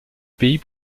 pays